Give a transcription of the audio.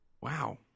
Wow